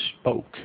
spoke